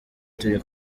turi